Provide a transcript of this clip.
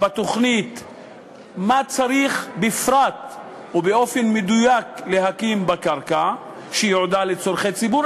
מה צריך בפרט ובאופן מדויק להקים בקרקע שיועדה לצורכי ציבור,